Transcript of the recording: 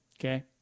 Okay